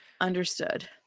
Understood